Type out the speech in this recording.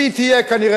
והיא תהיה כנראה